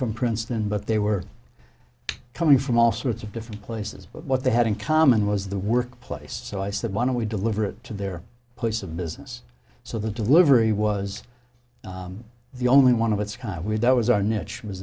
from princeton but they were coming from all sorts of different places but what they had in common was the work place so i said why don't we deliver it to their place of business so the delivery was the only one of its kind of weird that was our niche was